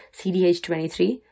CDH23